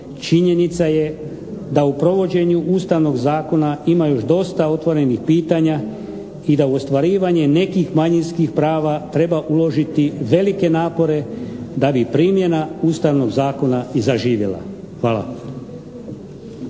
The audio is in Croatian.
činjenica je da u provođenju Ustavnog zakona ima još dosta otvorenih pitanja i da ostvarivanje nekih manjinskih prava treba uložiti velike napore da bi primjena Ustavnog zakona i zaživjela. Hvala.